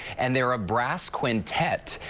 and they're a brass quintet.